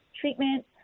treatment